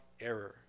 error